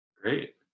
Great